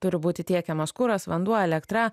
turi būti tiekiamas kuras vanduo elektra